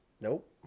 nope